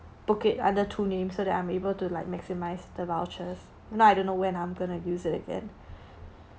book it under two names so that I'm able to like maximise the vouchers if not I don't know when I'm gonna use it again